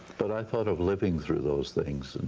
but i thought of living through those things, and